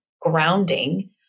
grounding